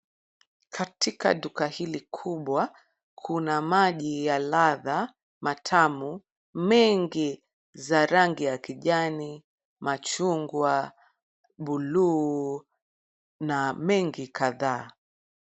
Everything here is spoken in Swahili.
Katika duka hili kubwa, kuna maji ya ladha matamu mengi za rangi ya kijani, machungwa, buluu na mengi kadhaa.